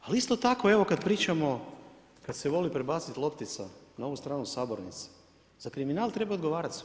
Ali isto tako evo kada pričamo, kada se voli prebaciti loptica na ovu stranu sabornice, za kriminal trebaju odgovarati svi.